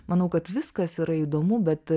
manau kad viskas yra įdomu bet